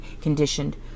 conditioned